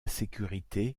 sécurité